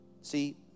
See